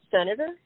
senator